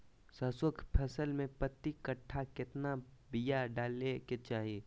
सरसों के फसल में प्रति कट्ठा कितना बिया डाले के चाही?